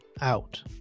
out